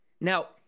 Now